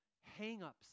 hang-ups